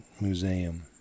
Museum